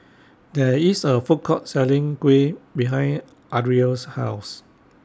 There IS A Food Court Selling Kuih behind Ariel's House